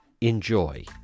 enjoy